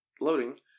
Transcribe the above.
Loading